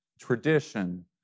tradition